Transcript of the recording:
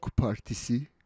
Partisi